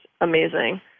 amazing